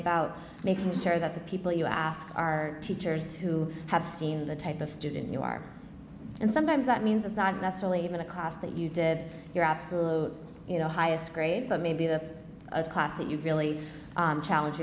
about making sure that the people you ask are teachers who have seen the type of student and sometimes that means it's not necessarily in the class that you did your absolute you know highest grade but maybe the class that you really challenge